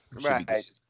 Right